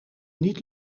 niet